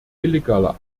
illegaler